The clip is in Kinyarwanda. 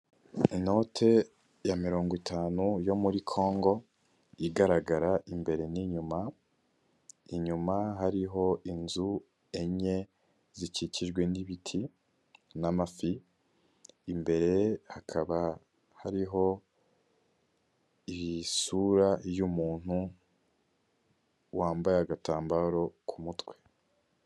Inote ya mirongo itanu yo muri Congo igaragara imbere n'iyuma, inyuma hariho inzu enye zikikijwe n'ibiti n'amafi, imbere hakaba hariho isura y'umuntu wambaye agatambaro ku mutwe.